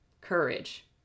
Courage